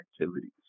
activities